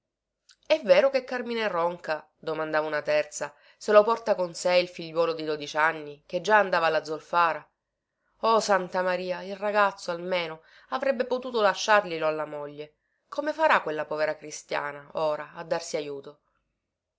è vero che càrmine ronca domandava una terza se lo porta con sé il figliuolo di dodici anni che già andava alla zolfara oh santa maria il ragazzo almeno avrebbe potuto lasciarglielo alla moglie come farà quella povera cristiana ora a darsi ajuto